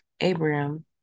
Abraham